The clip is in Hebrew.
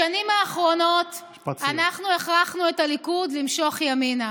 בשנים האחרונות אנחנו הכרחנו את הליכוד למשוך ימינה.